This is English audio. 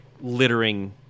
littering